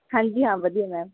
ਹਾਂਜੀ ਹਾਂ ਵਧੀਆ ਮੈਮ